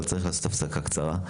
אבל צריך לעשות הפסקה קצרה.